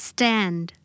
Stand